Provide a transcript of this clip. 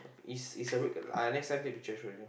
is is a red uh next time take picture show you